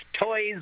Toys